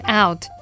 out